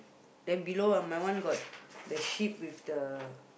then below uh my one got the sheep with the